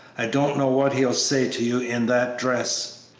i don't know what he'll say to you in that dress.